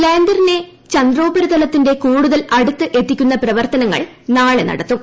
ലാൻഡറിനെ ചന്ദ്രോപരിതലത്തിന്റെ കൂടുതൽ അടുത്ത് എത്തിക്കുന്ന പ്രവർത്തനങ്ങൾ നാളെ നടത്തും